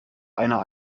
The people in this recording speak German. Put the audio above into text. einer